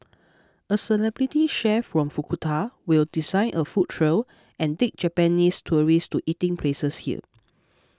a celebrity chef from Fukuoka will design a food trail and take Japanese tourists to eating places here